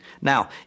Now